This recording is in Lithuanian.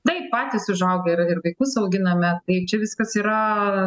taip patys užaugę ir ir vaikus auginame tai čia viskas yra